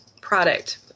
product